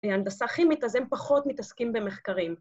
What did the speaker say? ‫הנדסה כימית אז הם פחות ‫מתעסקים במחקרים.